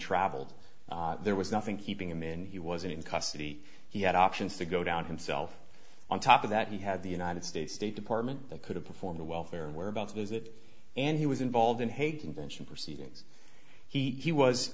travelled there was nothing keeping him in he wasn't in custody he had options to go down himself on top of that he had the united states state department that could have performed a welfare whereabouts visit and he was involved in hague convention proceedings he